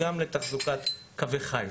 גם לתחזוקת קווי חיץ.